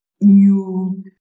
new